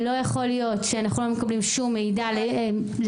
ולא יכול להיות שאנחנו לא מקבלים שום מידע לישיבת